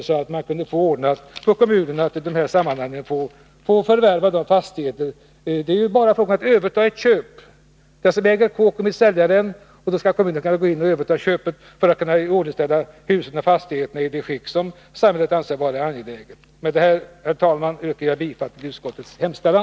Kommunen borde ha rätt att även av detta skäl få förvärva en fastighet. Det är bara fråga om att överta ett köp. Den som äger kåken vill sälja, och då skall kommunen kunna gå in och överta köpet för att iordningställa huset i det skick som samhället anser vara angeläget. Med detta, herr talman, yrkar jag bifall till utskottets hemställan.